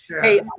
hey